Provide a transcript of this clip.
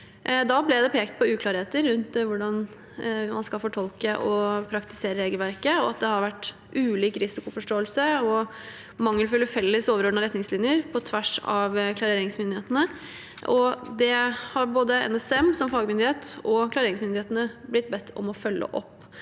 Da ble det pekt på uklarheter rundt hvordan man skal fortolke og praktisere regelverket, og at det har vært ulik risikoforståelse og mangelfulle felles overordnete retningslinjer på tvers av klareringsmyndighetene. Det har både NSM, som fagmyndighet, og klareringsmyndighetene blitt bedt om å følge opp.